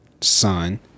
son